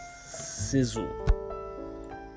sizzle